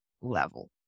level